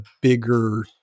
bigger